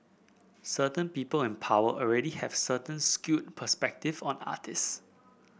certain people in power already have certain skewed perspective on artist